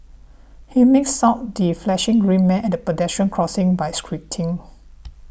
he makes out the flashing green man at pedestrian crossings by squinting